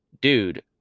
dude